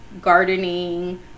gardening